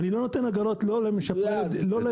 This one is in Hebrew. אני לא נותן הגרלות לא למשפרי דיור.